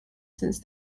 since